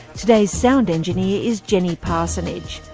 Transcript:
today's sound engineer is jenny parsonage.